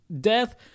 death